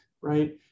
right